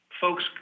folks